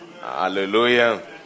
Hallelujah